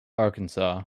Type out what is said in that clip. arkansas